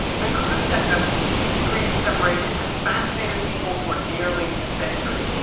the concept of six degrees of separation has fascinated people for nearly a century.